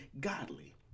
godly